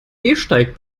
gehsteig